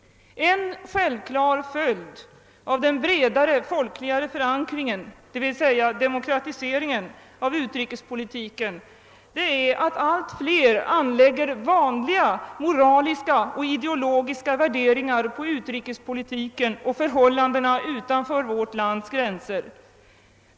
En självklar följd av den bredare folk liga förankringen — d. v. s. demokratiseringen — av utrikespolitiken är att allt fler anlägger vanliga moraliska och ideologiska värderingar på utrikespolitiken och förhållandena utanför vårt lands gränser.